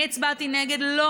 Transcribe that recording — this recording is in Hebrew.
אני הצבעתי נגד, לא